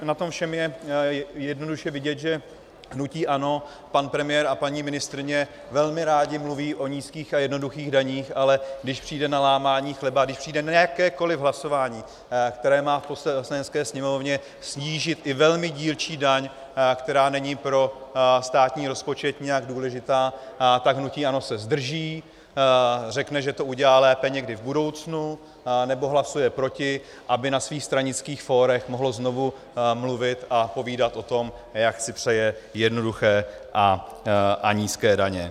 Na tom všem je jednoduše vidět, že hnutí ANO, pan premiér a paní ministryně velmi rádi mluví o nízkých a jednoduchých daních, ale když přijde na lámání chleba, když přijde na jakékoliv hlasování, které má v Poslanecké sněmovně snížit i velmi dílčí daň, která není pro státní rozpočet nějak důležitá, tak hnutí ANO se zdrží, řekne, že to udělá lépe někdy v budoucnu, anebo hlasuje proti, aby na svých stranických fórech mohlo znovu mluvit a povídat o tom, jak si přeje jednoduché a nízké daně.